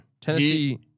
Tennessee